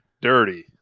Dirty